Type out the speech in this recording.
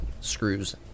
screws